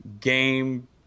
game